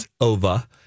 Ova